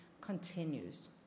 continues